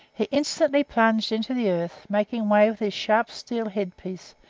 he instantly plunged into the earth, making way with his sharp steel head-piece,